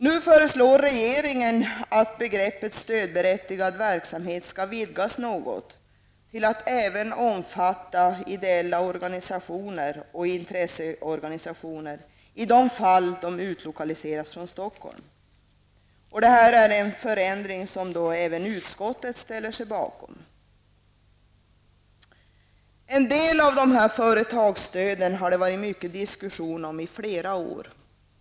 Nu föreslår regeringen att begreppet stödberättigad verksamhet skall vidgas till att även om fatta ideella organisationer och intresseorganisationer i de fall dessa utlokaliseras från Stockholm. Förslaget om denna förändring ställer sig även utskottet bakom. En del av företagsstöden har det varit mycken diskussion om i flera år.